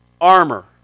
armor